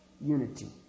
unity